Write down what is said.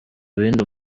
bindi